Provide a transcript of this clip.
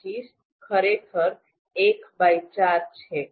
૨૫ ખરેખર ૧૪ છે